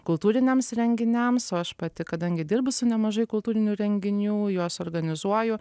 kultūriniams renginiams o aš pati kadangi dirbu su nemažai kultūrinių renginių juos organizuoju